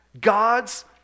God's